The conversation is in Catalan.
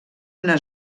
una